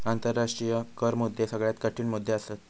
आंतराष्ट्रीय कर मुद्दे सगळ्यात कठीण मुद्दे असत